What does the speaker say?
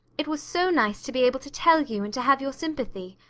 it was so nice to be able to tell you and to have your sympathy.